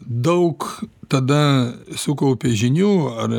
daug tada sukaupi žinių ar